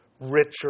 richer